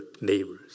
neighbors